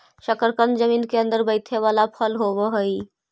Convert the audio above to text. शकरकन जमीन केअंदर बईथे बला फल होब हई